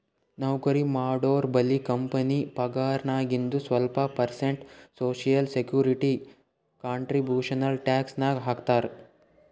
ನೌಕರಿ ಮಾಡೋರ್ಬಲ್ಲಿ ಕಂಪನಿ ಪಗಾರ್ನಾಗಿಂದು ಸ್ವಲ್ಪ percent social security contribution tax ನಾಗ್ ಹಾಕ್ತಾರ್